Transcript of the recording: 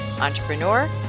entrepreneur